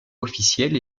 officiel